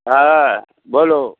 হ্যাঁ বলো